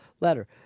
Letter